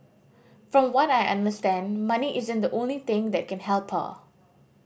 from what I understand money isn't the only thing that can help her